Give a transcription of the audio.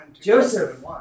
Joseph